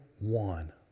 one